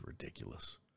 ridiculous